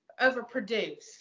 overproduced